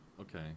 okay